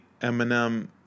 Eminem